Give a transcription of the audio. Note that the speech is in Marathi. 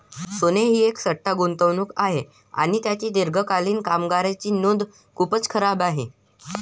सोने ही एक सट्टा गुंतवणूक आहे आणि त्याची दीर्घकालीन कामगिरीची नोंद खूपच खराब आहे